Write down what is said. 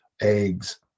eggs